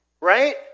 right